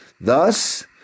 Thus